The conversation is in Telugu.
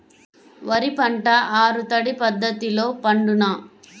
వరి పంట ఆరు తడి పద్ధతిలో పండునా?